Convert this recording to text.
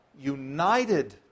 united